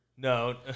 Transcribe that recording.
No